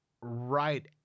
right